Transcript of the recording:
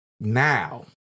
Now